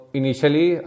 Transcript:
initially